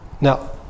Now